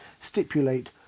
stipulate